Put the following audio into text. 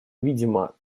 видимо